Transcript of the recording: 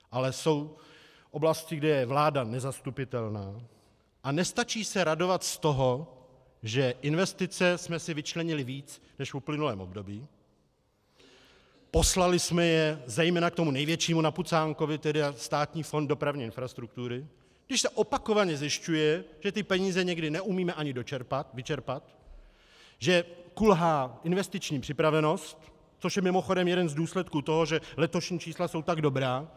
Ale jsou oblasti, kde je vláda nezastupitelná, a nestačí se radovat z toho, že investice jsme si vyčlenili víc než v uplynulém období, poslali jsme je zejména k tomu největšímu napucánkovi, tedy Státní fond dopravní infrastruktury, i když se opakovaně zjišťuje, že ty peníze někdy neumíme ani dočerpat, vyčerpat, že kulhá investiční připravenost, což je mimochodem jeden z důsledků toho, že letošní čísla jsou tak dobrá.